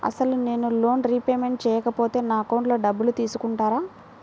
అసలు నేనూ loan repayment చేయకపోతే నా అకౌంట్లో డబ్బులు తీసుకుంటారా?